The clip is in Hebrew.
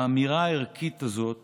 האמירה הערכית הזאת